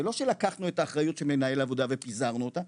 זה לא שלקחנו את האחריות של מנהל העבודה ופיזרנו אותה,